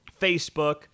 Facebook